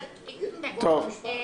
לא,